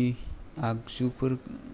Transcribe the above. इह आगजुफोर